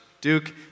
Duke